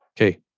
okay